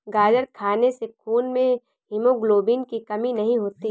गाजर खाने से खून में हीमोग्लोबिन की कमी नहीं होती